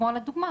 כמו לדוגמא,